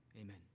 Amen